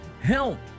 Help